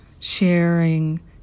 sharing